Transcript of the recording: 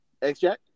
X-Jack